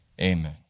Amen